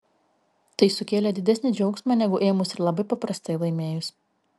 tai sukėlė didesnį džiaugsmą negu ėmus ir labai paprastai laimėjus